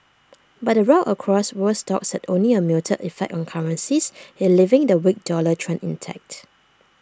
but the rout across world stocks had only A muted effect on currencies E leaving the weak dollar trend intact